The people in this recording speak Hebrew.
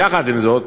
יחד עם זאת,